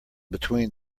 between